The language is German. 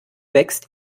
wächst